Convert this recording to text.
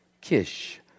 Kish